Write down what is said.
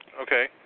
Okay